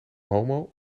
homo